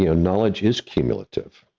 you know knowledge is cumulative.